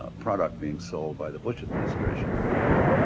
ah product being sold by the bush administration for eight,